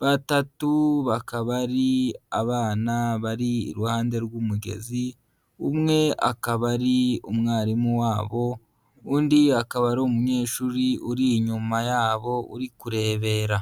batatu bakaba ari abana bari iruhande rw'umugezi, umwe akaba ari umwarimu wabo, undi akaba ari umunyeshuri uri inyuma yabo uri kurebera.